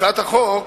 הצעת החוק